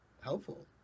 helpful